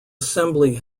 assembly